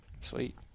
Sweet